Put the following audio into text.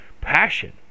passion